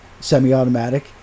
semi-automatic